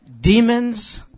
demons